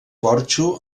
porxo